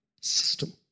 system